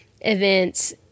events